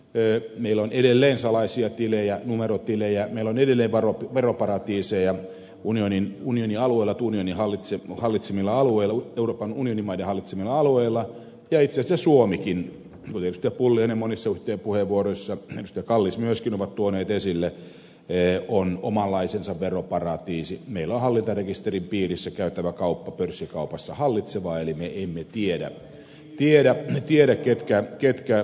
ei meillä on edelleen salaisia tilejä numerotilejä velan ylikoro veroparatiiseja unionin unionin aluella uuden hallituksen hallitsemilla alueilla turkan unionimaiden hallitsemilla alueilla ja itsensä suomikin oli lopullinen monissa puheenvuoroissa ja kallis myöskin ovat tuoneet esille ei luonut omanlaisensa veroparatiisi meillä on hallintarekisterin piirissä käytävä kauppa pörssikaupassa hallitseva emme tiedä vielä tiedä ketkä ketkä